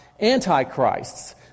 antichrists